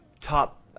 top –